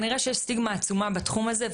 כנראה יש סטיגמה עצומה בתחום הזה,